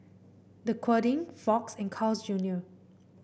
Dequadin Fox and Carl's Junior